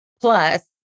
plus